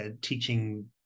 teaching